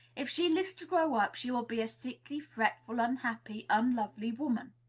if she lives to grow up, she will be a sickly, fretful, unhappy, unlovely woman.